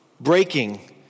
breaking